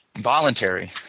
voluntary